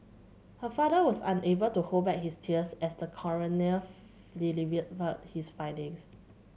her father was unable to hold back his tears as the coroner delivered but his findings